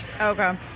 Okay